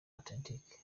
authentique